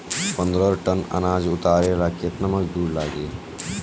पन्द्रह टन अनाज उतारे ला केतना मजदूर लागी?